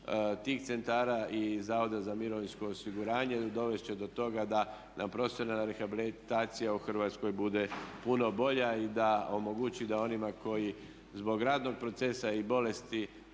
tih centara i Zavoda za mirovinsko osiguranje dovest će do toga da nam profesionalna rehabilitacija u Hrvatskoj bude puno bolja i da omogući da onima koji zbog radnog procesa i bolesti